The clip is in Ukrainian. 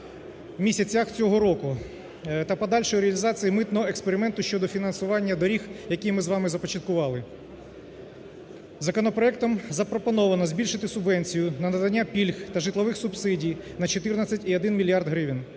місяцях цього року та подальшої реалізації митного експерименту щодо фінансування доріг, який ми з вами започаткували. Законопроектом запропоновано збільшити субвенцію на надання пільг та житлових субсидій на 14,1 мільярд